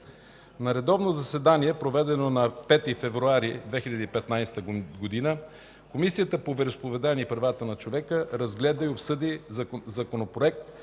На редовно заседание, проведено на 5 февруари 2015 г., Комисията по вероизповеданията и правата на човека, разгледа и обсъди Законопроект